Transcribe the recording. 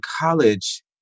college